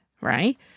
right